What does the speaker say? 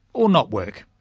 or not work.